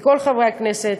מכל חברי הכנסת,